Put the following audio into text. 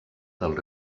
del